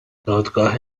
دادگاه